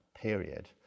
period